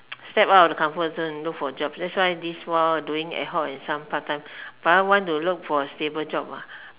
step out of the comfort zone and look for job that's why this while I doing ad-hoc and some part time but I want to look for a stable job ah